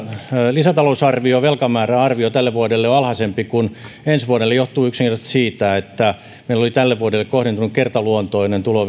lisätalousarvion velkamääräarvio tälle vuodelle on alhaisempi kuin ensi vuodelle johtuu yksinkertaisesti siitä että meillä oli tälle vuodelle kohdentunut vientiluotosta kertaluontoinen tulo